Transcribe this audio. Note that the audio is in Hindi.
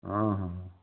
हाँ हाँ